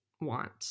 want